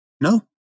No